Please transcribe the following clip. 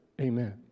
amen